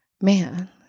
Man